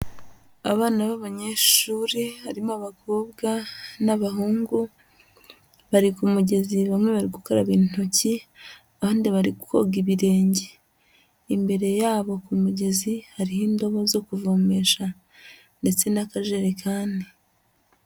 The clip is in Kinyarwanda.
Abana b'abanyeshuri, harimo abakobwa n'abahungu, bari ku mugezi bamwe bari gukaraba intoki, abandi bari koga ibirenge. Imbere yabo ku mugezi, hariho indobo zo kuvomesha, ndetse n'akajerekani.